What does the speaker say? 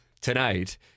Tonight